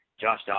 Josh